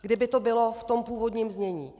Kdyby to bylo v tom původním znění.